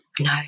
no